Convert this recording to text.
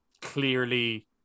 clearly